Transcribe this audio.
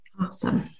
Awesome